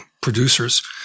producers